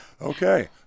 Okay